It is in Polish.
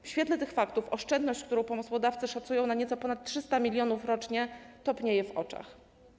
W świetle tych faktów oszczędność, którą pomysłodawcy szacują na nieco ponad 300 mln rocznie, topnieje w oczach.